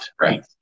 right